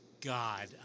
God